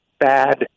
bad